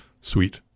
sweet